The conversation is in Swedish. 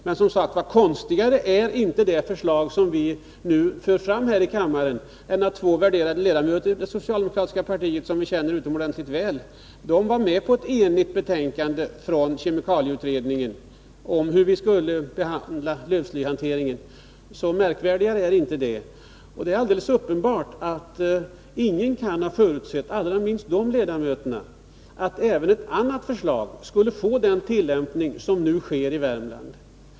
Men konstigare är alltså inte det förslag som vi nu för fram här i kammaren än att två värderade ledamöter i det socialdemokratiska partiet, som vi känner utomordentligt väl, var med på ett enigt betänkande från kemikalieutredningen om hur vi skulle ställa oss till lövslyhanteringen. Det är alldeles uppenbart att ingen kan ha förutsett — allra minst de nämnda ledamöterna — att även ett annat förslag skulle tillämpas såsom nu sker i Värmland.